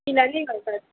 किल्लांनी घालतात